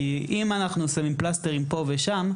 כי אם אנחנו שמים פלסטרים פה ושם,